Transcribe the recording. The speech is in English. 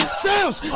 sales